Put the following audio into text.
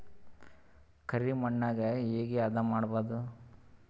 ಕರಿ ಮಣ್ಣಗೆ ಹೇಗೆ ಹದಾ ಮಾಡುದು?